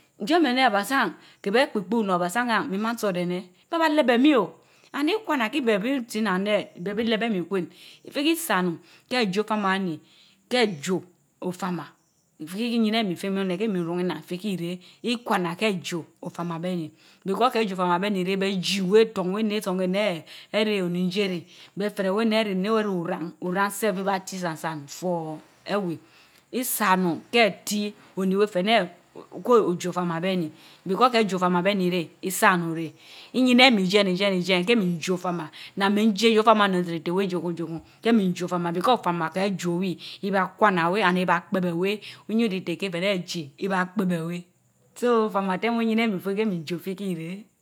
jo mi eneh abaasan, keh beh kpukpu kor bafan ah min ba iso deneh? seh bah lehbeh mii o and ikwana kii beh bi ti nnaan neh, bey bii leb emii ikwin, ifiki isa onun keh mi neh keh mi ruun nnaan fii ki reh, ikwana keh jo ofama beh nii because keh jo ofama beh ni reh beh jii weh torn weh neh itson weh neh ereh oninjeh reh, beh fehreh weh neh ereh neh weh reh oran, oran sef ibaati isan isan foh eweh, isa onun reh, iyinemii jien ni jien nijien keh min jo ofama. Naan min jie ofama oni teriteh weh jokun jokun keh mii jo ofama because ofama keh jowl ibakwana weh and ibaa kpebe weh, so ofama tehn wo yinemii keh min jo, ifikeh ireh.